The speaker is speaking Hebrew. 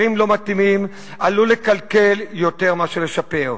ולעתים שילוב כפוי בהקשרים לא מתאימים עלול לקלקל יותר מאשר לשפר.